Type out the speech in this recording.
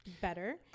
better